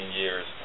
years